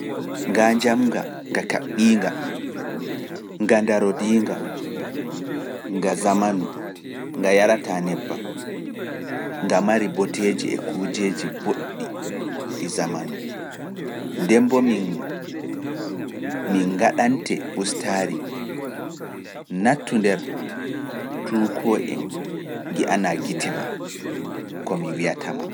Ngaa njamnga, nga kaɓbiinga, nga ndarodiinga, nga zamanu, nga yarataa nebbam, nga mari boteeji e kujeeji boɗɗi ɗi zamanu. Nde mbo min ngaɗante ustaari, nattu nder tuukoo en ngi'anaa gite maa, ko mi wiyata maa.